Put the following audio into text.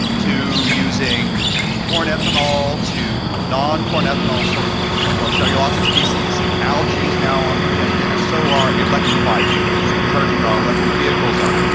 to using corn ethanol, to non-corn ethanol, so-called so-called cellulosic species, algae is now on the agenda, and so are electrified fuels, charging our electric vehicles up.